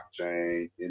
blockchain